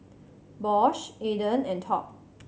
Bosch Aden and Top